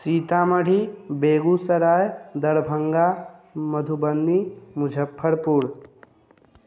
Sitamarhi Begusarai Darbhanga Madhubani Muzaffarpur